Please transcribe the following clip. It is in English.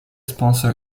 sponsor